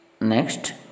Next